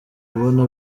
kubona